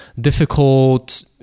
difficult